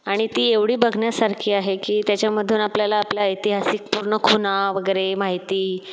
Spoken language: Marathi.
आणि ती एवढी बघण्यासारखी आहे की त्याच्यामधून आपल्याला आपल्या ऐतिहासिक पूर्ण खुणा वगैरे माहिती